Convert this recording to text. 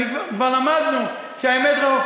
אבל אתה, אין לך סבלנות להקשיב.